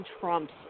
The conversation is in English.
trumps